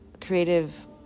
creative